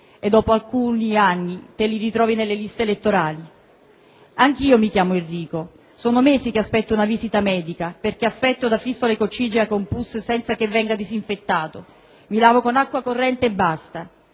e dopo alcuni anni te li ritrovi nelle liste elettorali». «Anch'io mi chiamo Enrico, sono mesi che aspetto una visita medica perché affetto da fistole coccigea con pus senza che venga disinfettato. Mi lavo con acqua corrente e basta».